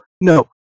no